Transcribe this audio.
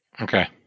okay